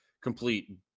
complete